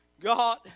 God